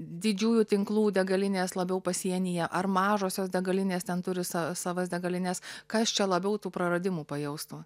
didžiųjų tinklų degalinės labiau pasienyje ar mažosios degalinės ten turi sa savas degalines kas čia labiau tų praradimų pajaustų